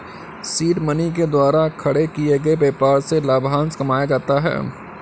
seed money के द्वारा खड़े किए गए व्यापार से लाभांश कमाया जाता है